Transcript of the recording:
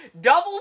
double